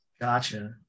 Gotcha